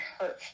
hurt